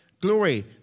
glory